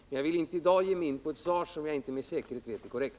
Men jag vill i dag inte lämna ett svar som jag inte med säkerhet vet är korrekt.